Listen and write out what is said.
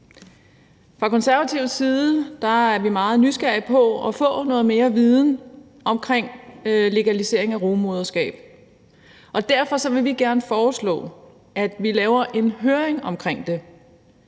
Fra Konservatives side er vi meget nysgerrige på at få noget mere viden om legalisering af rugemoderskab, og derfor vil vi gerne foreslå, at vi laver en høring om det;